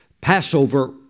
Passover